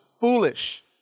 foolish